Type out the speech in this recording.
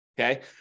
okay